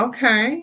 Okay